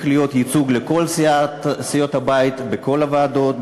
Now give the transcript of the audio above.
להיות ייצוג לכל סיעות הבית בכל הוועדות,